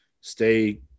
stay